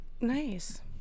Nice